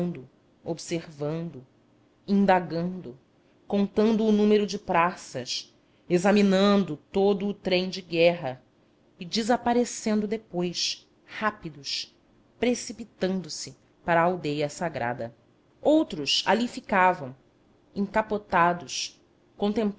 espiando observando indagando contando o número de praças examinando todo o trem de guerra e desaparecendo depois rápidos precipitando-se para a aldeia sagrada outros ali ficavam encapotados